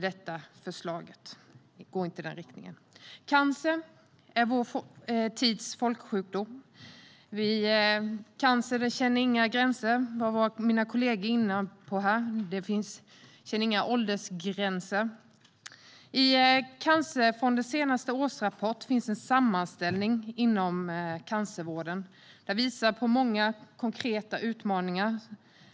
Detta förslag går inte i den riktningen. Cancer är vår tids folksjukdom. Cancern känner inga gränser, som mina kollegor har varit inne på tidigare. Den känner inga åldersgränser. I Cancerfondens senaste årsrapport finns en sammanställning av cancervården. Den visar på många konkreta utmaningar.